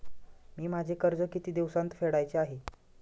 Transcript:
मी माझे कर्ज किती दिवसांत फेडायचे आहे?